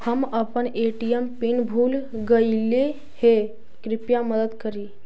हम अपन ATM PIN भूल गईली हे, कृपया मदद करी